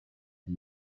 and